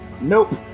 Nope